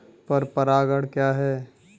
पर परागण क्या है?